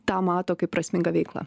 tą mato kaip prasmingą veiklą